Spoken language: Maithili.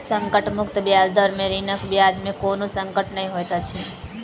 संकट मुक्त ब्याज दर में ऋणक ब्याज में कोनो संकट नै होइत अछि